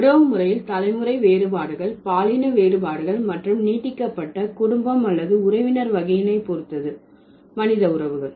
உறவுமுறையில் தலைமுறை வேறுபாடுகள் பாலின வேறுபாடுகள் மற்றும் நீட்டிக்கப்பட்ட குடும்பம் அல்லது உறவினர் வகையினை பொறுத்தது மனித உறவுகள்